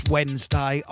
Wednesday